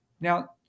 Now